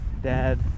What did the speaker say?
dad